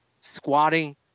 squatting